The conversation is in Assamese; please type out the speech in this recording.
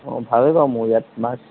অঁ ভালেই বাৰু মোৰ ইয়াত মাছ